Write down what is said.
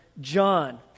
John